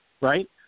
Right